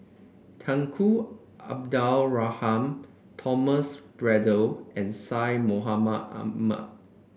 Tunku Abdul Rahman Thomas Braddell and Syed Mohamed Ahmed